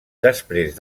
després